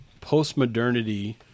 postmodernity